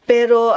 Pero